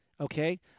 okay